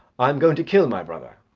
i am going to kill my brother,